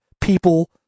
people